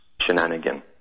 shenanigan